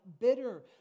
bitter